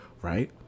right